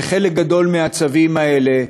וחלק גדול מהצווים האלה,